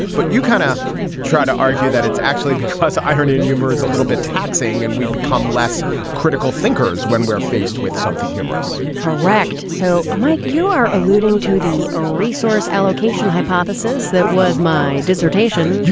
but you kind of try to argue that it's actually because i heard in humor is a little bit taxing and we become less critical thinkers when we're faced with something humorous correct. so, mike, you are alluding to the ah resource allocation hypothesis. that was my dissertation,